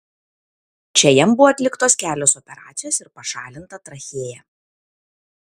čia jam buvo atliktos kelios operacijos ir pašalinta trachėja